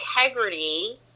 integrity